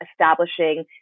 establishing